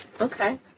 okay